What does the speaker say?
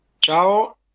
Ciao